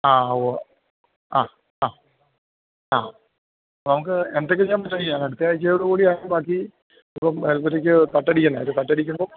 ആ ഉവ്വ് ആ ആ ആ നമുക്ക് എന്തെങ്കിലും ചെയ്യാം അടുത്ത ആഴ്ചയോടു കൂടി ആയാല് ബാക്കി ഇപ്പം അല്മുറിക്ക് തട്ടടിക്കണ്ടേ ഒരു തട്ടടിക്കുമ്പം